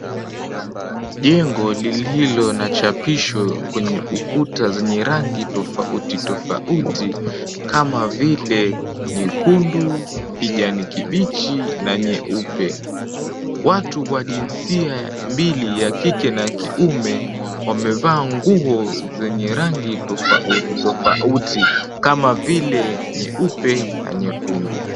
Jengo lililo na chapisho kwenye ukuta zenye rangi tofauti tofauti kama vile nyekundu, kijani kibichi na nyeupe. Watu wa jinsia mbili, ya kike na kiume, wamevaa nguo zenye rangi tofauti tofauti kama vile nyeupe na nyekundu.